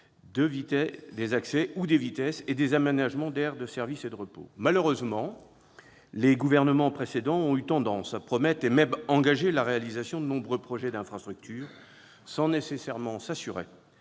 des accès ou de la vitesse, ainsi que l'aménagement d'aires de service et de repos. Malheureusement, les précédents gouvernements ont eu tendance à promettre et même à engager la réalisation de nombreux projets d'infrastructures sans nécessairement s'assurer